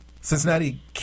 Cincinnati